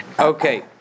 Okay